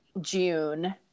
June